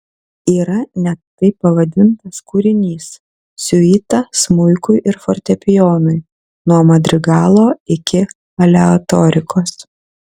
yra net taip pavadintas kūrinys siuita smuikui ir fortepijonui nuo madrigalo iki aleatorikos